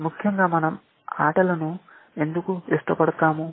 ముఖ్యంగా మనం ఆటల ను ఎందుకు ఇష్టపడతాము